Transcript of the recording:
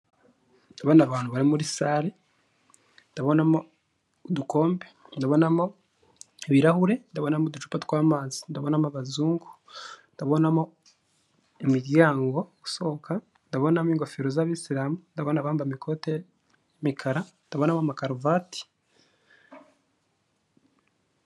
Aba ni abantu bari muri sale, ndabonamo udukombe, ndabonamo ibirahure, ndabonamo uducupa tw'amazi, ndabonamo abazungu, ndabonamo imiryango usohoka, ndabonamo ingofero z'abisilamu, ndabona abambaye amakote y'imikara ndabonamo amakaruvati.